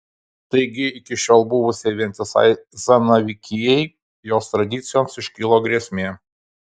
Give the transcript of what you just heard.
taigi iki šiol buvusiai vientisai zanavykijai jos tradicijoms iškilo grėsmė